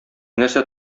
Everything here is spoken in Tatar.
нәрсә